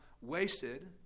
wasted